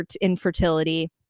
infertility